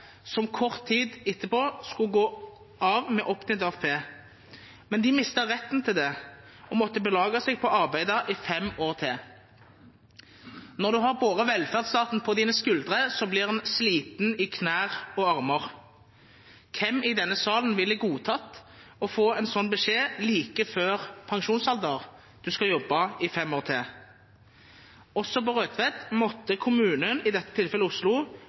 som kort tid etterpå skulle gå av med opptjent AFP, men de mistet retten til det og måtte belage seg på å arbeide fem år til. Når en har båret velferdsstaten på dine skuldre, blir en sliten i knær og armer. Hvem i denne salen ville godtatt å få en slik beskjed like før pensjonsalder, at du skal arbeide fem år til? Også på Rødtvet måtte kommunen – i dette tilfellet Oslo